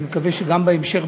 אני מקווה שגם בהמשך,